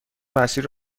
مسیر